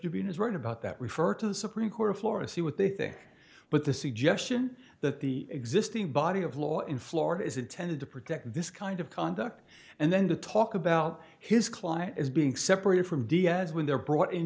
debian is right about that refer to the supreme court of florida see what they think but the suggestion that the existing body of law in florida is intended to protect this kind of conduct and then to talk about his client as being separated from diaz when they're brought in